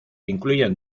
incluyen